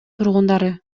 тургундары